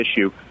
issue